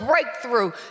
breakthrough